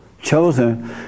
Chosen